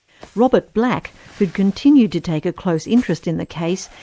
robert black, who'd continued to take a close interest in the case,